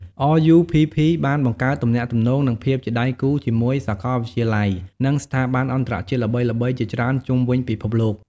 RUPP បានបង្កើតទំនាក់ទំនង និងភាពជាដៃគូជាមួយសាកលវិទ្យាល័យ និងស្ថាប័នអន្តរជាតិល្បីៗជាច្រើនជុំវិញពិភពលោក។